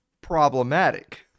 problematic